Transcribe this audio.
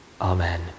Amen